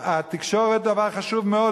התקשורת היא דבר חשוב מאוד,